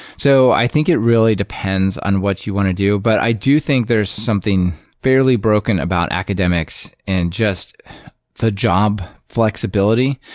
so i think it really depends on what you want to do. but i do think there's something fairly broken about academics and just the job flexibility.